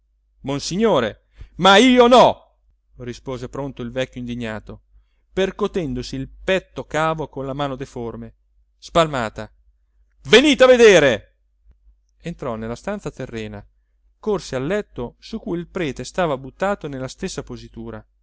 monsignore ma io no rispose pronto il vecchio indignato percotendosi il petto cavo con la mano deforme spalmata venite a vedere entrò nella stanza terrena corse al letto su cui il prete stava buttato nella stessa positura